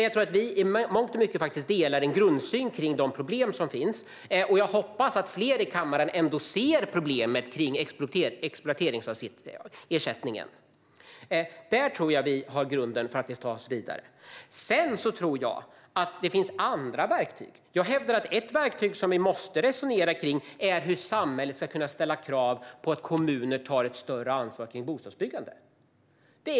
Jag tror att vi i mångt och mycket delar en grundsyn på de problem som finns, och jag hoppas att fler i kammaren ser problemet med expropriationsersättningen. Där tror jag att vi har grunden för att ta oss vidare. Sedan tror jag att det finns andra verktyg. Jag hävdar att ett verktyg som vi måste resonera kring är hur samhället ska kunna ställa krav på att kommuner tar ett större ansvar för bostadsbyggandet.